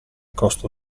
costo